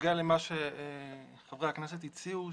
בנוגע למה שחברי הכנסת הציעו,